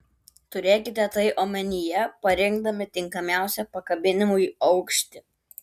turėkite tai omenyje parinkdami tinkamiausią pakabinimui aukštį